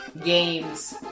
Games